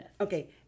Okay